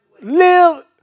Live